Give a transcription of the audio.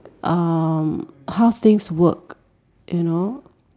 um how thing's work you know